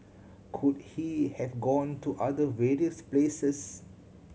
could he have gone to other various places